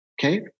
okay